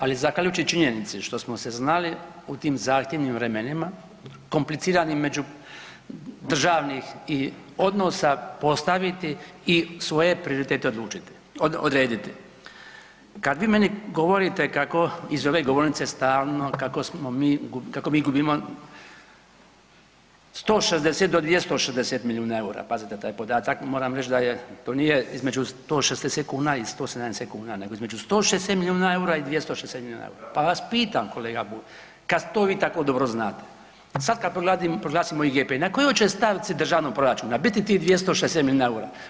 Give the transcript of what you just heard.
Ali, zahvaljujući činjenici što smo se znali u tim zahtjevnim vremenima, kompliciranim međudržavnih i odnosa postaviti i svoje prioritete odlučiti, odrediti, kad vi meni govorite kako iz ove govornice, stalno kako smo mi, kako mi gubimo 160-260 milijuna eura, pazite taj podatak, moram reći da je, to nije između 160 kuna i 170 kuna, nego između 160 milijuna eura i 260 milijuna eura pa vas pitam, kolega Bulj, kad to vi tako dobro znate, sad kad proglasimo IGP, na kojoj će stavci državnog proračuna biti tih 260 milijuna eura.